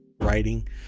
writing